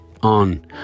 on